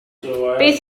beth